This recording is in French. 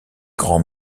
grand